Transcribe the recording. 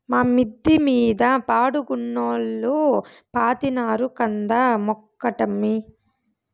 మా మిద్ద మీద బాడుగకున్నోల్లు పాతినారు కంద మొక్కటమ్మీ